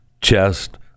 Chest